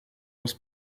was